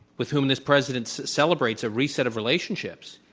with whom this president celebrates a reset of relationships,